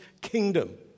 kingdom